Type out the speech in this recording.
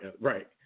right